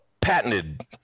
patented